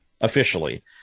officially